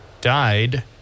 died